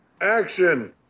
action